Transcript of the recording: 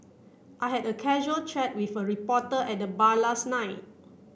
I had a casual chat with a reporter at the bar last night